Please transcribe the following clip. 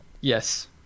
Yes